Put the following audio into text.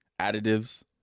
additives